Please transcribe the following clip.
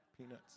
Peanuts